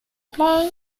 play